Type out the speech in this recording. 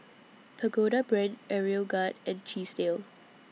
Pagoda Brand Aeroguard and Chesdale